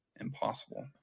impossible